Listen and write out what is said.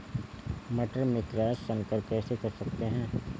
मटर में क्रॉस संकर कैसे कर सकते हैं?